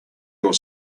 your